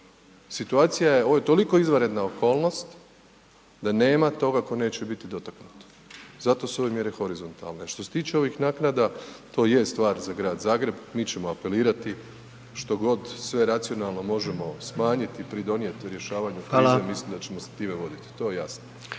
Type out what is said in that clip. Situacija je, ovo je toliko izvanredna okolnost da nema toga tko neće biti dotaknut, zato su ove mjere horizontalne. Što se tiče ovih naknada, to je stvar za grad Zagreb, mi ćemo apelirati što god sve racionalno možemo smanjiti, pridonijeti rješavanju krize mislim da ćemo se time voditi, to je jasno.